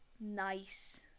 nice